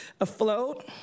afloat